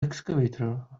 excavator